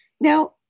Now